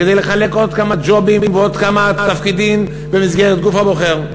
כדי לחלק עוד כמה ג'ובים ועוד כמה תפקידים במסגרת הגוף הבוחר.